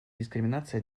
дискриминации